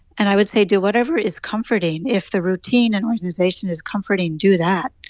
and i would say, do whatever is comforting. if the routine and organization is comforting, do that.